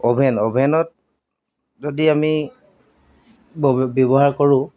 oven অ'ভেনত যদি আমি ব ব্যৱহাৰ কৰোঁ